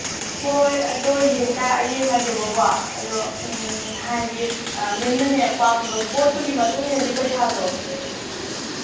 ꯍꯣꯏ ꯑꯗꯣ ꯌꯦꯡꯉꯒꯦꯕꯀꯣ ꯑꯗꯣ ꯍꯥꯏꯗꯤ ꯃꯦꯝꯅꯅꯦ ꯄꯥꯝꯃꯤꯕ ꯄꯣꯠꯇꯨꯒꯤ ꯃꯇꯨꯡ ꯏꯟꯅꯗꯤ ꯄꯩꯁꯥꯗꯣ